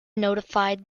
notified